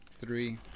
Three